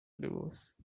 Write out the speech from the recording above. divorce